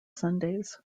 sundays